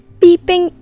peeping